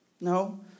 No